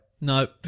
Nope